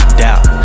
doubt